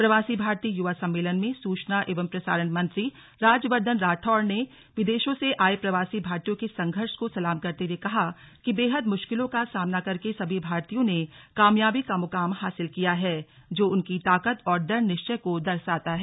प्रवासी भारतीय युवा सम्मेलन में सूचना एवं प्रसारण मंत्री राज्यवर्द्धन राठौड़ ने विदेशों से आए प्रवासी भारतीयों के संघर्ष को सलाम करते हुए कहा कि बेहद मुश्किलों का सामना करके सभी भारतीयों ने कामयाबी का मुकाम हासिल किया है र्जा उनकी ताकत और दृढ़ निश्चय को दर्शाता है